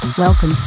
Welcome